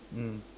mm